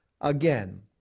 again